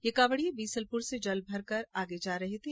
ये कावड़िये बीसलपुर से जल भरकर आगे जा रहे थे